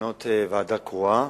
ולמנות ועדה קרואה.